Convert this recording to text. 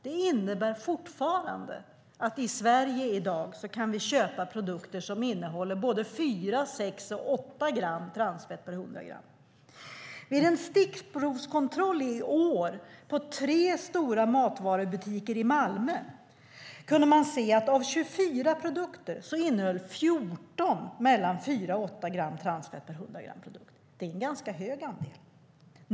Det innebär att vi i Sverige i dag fortfarande kan köpa produkter som innehåller både 4, 6 och 8 gram transfett per 100 gram. Vid en stickprovskontroll i år på tre stora matvarubutiker i Malmö kunde man se att av 24 produkter innehöll 14 mellan 4 och 8 gram transfett per 100 gram. Det är en ganska hög andel.